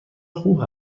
خوب